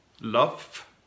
love